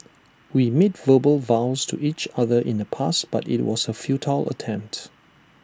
we made verbal vows to each other in the past but IT was A futile attempt